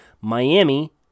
Miami